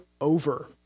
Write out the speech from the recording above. over